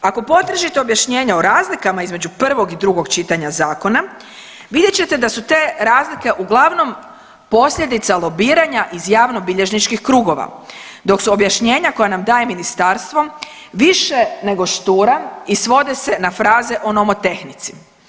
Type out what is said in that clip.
Ako potražite objašnjenje o razlikama između prvog i drugog čitanja zakona vidjet ćete da su te razlike uglavnom posljedica lobiranja iz javnobilježničkih krugova, dok su objašnjenja koja nam daje ministarstvo više nego štura i svode se na fraze o nomotehnici.